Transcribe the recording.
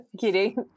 Kidding